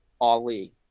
Ali